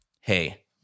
Hey